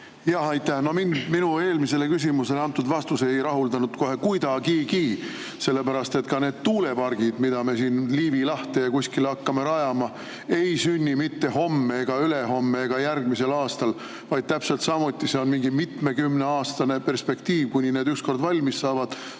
Jah, aitäh! No mind minu eelmisele küsimusele antud vastus ei rahuldanud kohe mitte kuidagi, sellepärast et ka need tuulepargid, mida me siin Liivi lahte ja kuskile hakkame rajama, ei sünni mitte homme ega ülehomme ega järgmisel aastal, vaid täpselt samuti see on mingi mitmekümneaastane perspektiiv, kuni need ükskord valmis saavad,